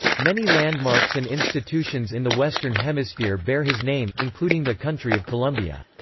many landmarks and institutions in the western hemisphere bear his name, including the country of colombia.